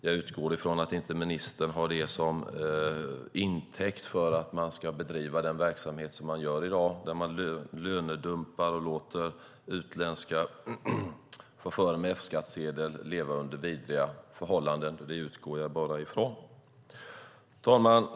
Jag utgår bara från att ministern inte tar detta som intäkt för att man ska bedriva den verksamhet som man gör i dag, där man lönedumpar och låter utländska chaufförer med F-skattsedel leva under vidriga förhållanden. Herr talman!